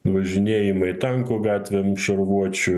važinėjimai tankų gatvėm šarvuočių